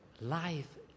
Life